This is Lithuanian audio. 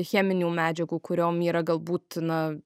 cheminių medžiagų kuriom yra galbūt na